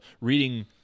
reading